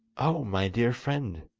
oh, my dear friend,